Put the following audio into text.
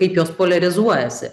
kaip jos poliarizuojasi